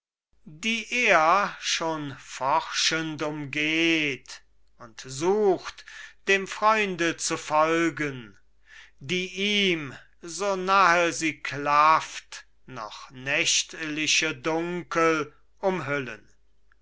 die er schon forschend umgeht und sucht dem freunde zu folgen die ihm so nahe sie klafft noch nächtliche dunkel umhüllen